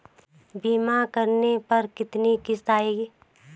बीमा करने पर कितनी किश्त आएगी?